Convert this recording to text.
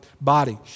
body